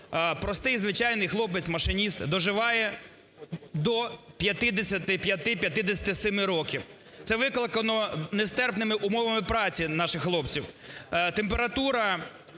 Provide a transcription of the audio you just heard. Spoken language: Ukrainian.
простий, звичайний хлопець машиніст доживає до 55-57 років. Це викликано нестерпними умовами праці наших хлопців. Температура